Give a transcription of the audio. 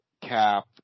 Cap